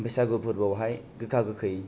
बैसागु फोरबो आवहाय गोखा गोखै